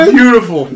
beautiful